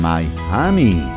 Miami